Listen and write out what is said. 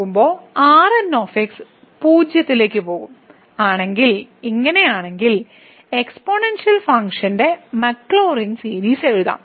പോകുമ്പോൾ ആണെങ്കിൽ ഇങ്ങനെയാണെങ്കിൽ എക്സ്പ്ലോണൻഷ്യൽ ഫംഗ്ഷന്റെ മാക്ലൌറിൻ സീരീസ് എഴുതാം